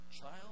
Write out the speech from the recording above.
child